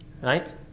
Right